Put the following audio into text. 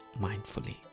mindfully